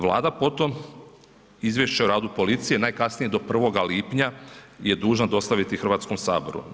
Vlada potom izvješće o radu policije najkasnije do 1. lipnja je dužna dostaviti Hrvatskom saboru.